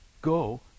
Go